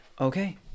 Okay